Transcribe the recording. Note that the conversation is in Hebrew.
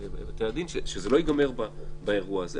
בתי הדין שזה לא ייגמר באירוע הזה.